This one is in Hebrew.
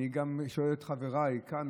אני גם שואל את חבריי כאן,